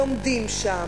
לומדים שם,